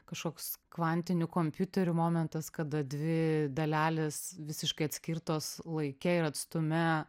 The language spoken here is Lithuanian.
kažkoks kvantinių kompiuterių momentas kada dvi dalelės visiškai atskirtos laike ir atstume